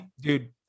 dude